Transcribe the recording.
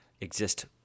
exist